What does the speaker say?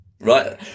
right